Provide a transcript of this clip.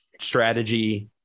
strategy